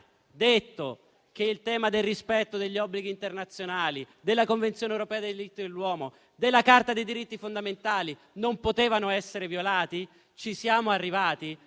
della protezione umanitaria, che gli obblighi internazionali, della Convenzione europea dei diritti dell'uomo e della Carta dei diritti fondamentali non potevano essere violati? Ci siamo arrivati?